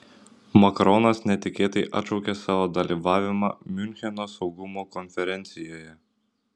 makronas netikėtai atšaukė savo dalyvavimą miuncheno saugumo konferencijoje